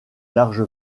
large